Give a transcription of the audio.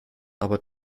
aber